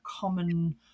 common